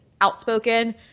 outspoken